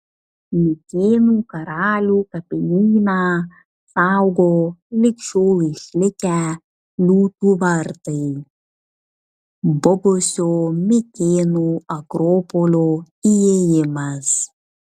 mikėnų karalių kapinyną saugo lig šiol išlikę liūtų vartai buvusio mikėnų akropolio įėjimas